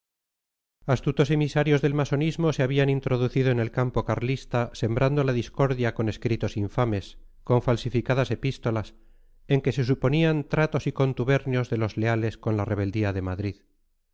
astutos emisarios del masonismo se habían introducido en el campo carlista sembrando la discordia con escritos infames con falsificadas epístolas en que se suponían tratos y contubernios de los leales con la rebeldía de madrid